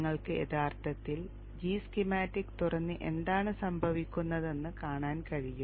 നിങ്ങൾക്ക് യഥാർത്ഥത്തിൽ g schematics തുറന്ന് എന്താണ് സംഭവിക്കുന്നതെന്ന് കാണാൻ കഴിയും